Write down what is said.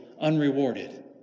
unrewarded